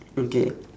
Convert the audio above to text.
okay